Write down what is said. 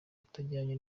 utajyanye